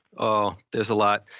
oh, there's a lot.